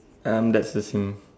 I'm Dexter sing